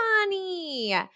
money